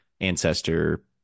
ancestor